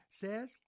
Says